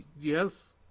Yes